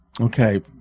Okay